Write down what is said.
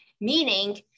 Meaning